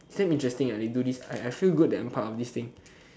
is damn interesting ah I feel good that I'm part of this thing